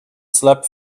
slept